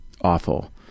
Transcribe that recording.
awful